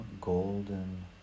golden